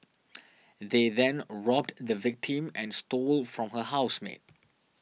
they then robbed the victim and stole from her housemate